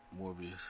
Morbius